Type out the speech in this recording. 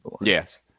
yes